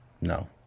No